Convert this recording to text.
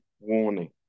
warning